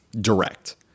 direct